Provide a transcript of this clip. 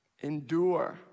Endure